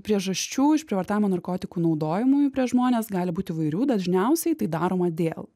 priežasčių išprievartavimo narkotikų naudojimui prieš žmones gali būt įvairių dažniausiai tai daroma dėl